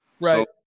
Right